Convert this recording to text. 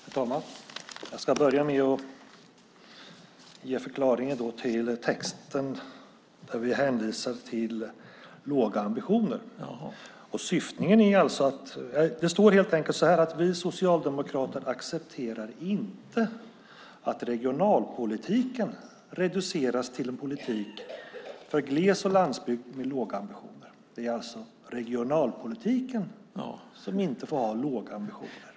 Herr talman! Jag ska börja med att ge en förklaring till texten där vi hänvisar till låga ambitioner. Det står helt enkelt så här: Vi socialdemokrater accepterar inte att regionalpolitiken reduceras till en politik för gles och landsbygd med låga ambitioner. Det är alltså regionalpolitiken som inte får ha låga ambitioner.